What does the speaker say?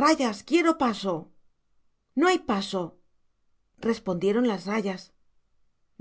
rayas quiero paso no hay paso respondieron las rayas